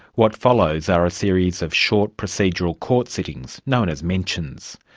what follows are a series of short procedural court sittings, known as mentions.